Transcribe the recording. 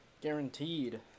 Guaranteed